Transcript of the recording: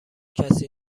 کسی